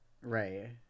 Right